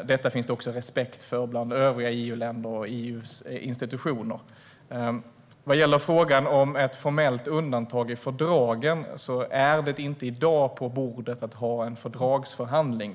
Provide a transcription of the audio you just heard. och detta finns det också respekt för bland övriga EU-länder och EU:s institutioner. Vad gäller frågan om ett formellt undantag i fördragen är en fördragsförhandling inte på bordet i dag.